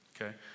Okay